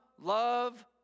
love